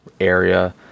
area